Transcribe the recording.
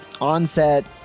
onset